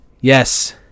yes